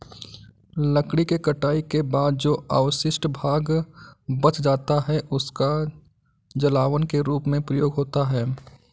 लकड़ी के कटाई के बाद जो अवशिष्ट भाग बच जाता है, उसका जलावन के रूप में प्रयोग होता है